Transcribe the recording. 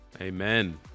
Amen